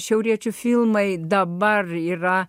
šiauriečių filmai dabar yra